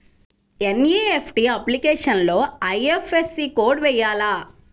NEFT అప్లికేషన్లో IFSC code వేయాలా?